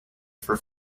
for